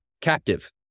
captive